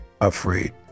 afraid